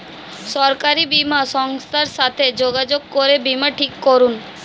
সরকারি বীমা সংস্থার সাথে যোগাযোগ করে বীমা ঠিক করুন